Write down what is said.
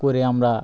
করে আমরা